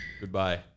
Goodbye